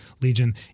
legion